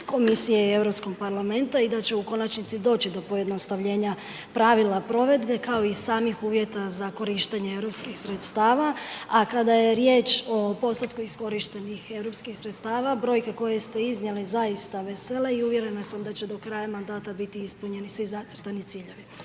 Komisije i Europskog parlamenta i da će u konačnici doći do pojednostavljenja pravila provedbe, kao i samih uvjeta za korištenje europskih sredstava. A kada je riječ o postotku iskorištenih europskih sredstava, brojke koje ste iznijeli zaista vesele i uvjerena sam da će do kraja mandata biti ispunjeni svi zacrtani ciljevi.